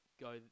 go